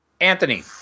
Anthony